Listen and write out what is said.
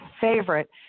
favorite